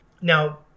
Now